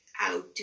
out